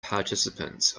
participants